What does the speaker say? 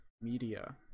media